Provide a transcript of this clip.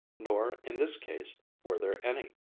nor, in this case, were there any.